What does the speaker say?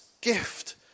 gift